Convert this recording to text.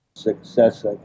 Success